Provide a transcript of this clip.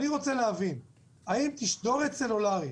אני רוצה להבין: האם תשדורת סלולארית